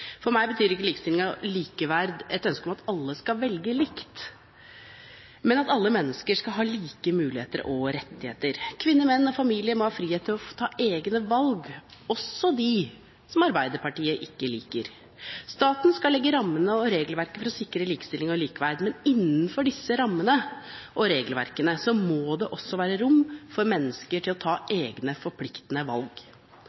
For meg betyr ikke likestilling og likeverd et ønske om at alle skal velge likt, men at alle mennesker skal ha like muligheter og rettigheter. Kvinner, menn og familier må ha frihet til å ta egne valg, også dem som Arbeiderpartiet ikke liker. Staten skal legge rammene og regelverket for å sikre likestilling og likeverd, men innenfor disse rammene og regelverkene må det også være rom for mennesker til å ta